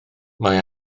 mae